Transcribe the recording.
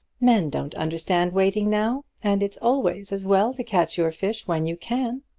men don't understand waiting now, and it's always as well to catch your fish when you can.